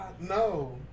No